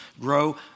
grow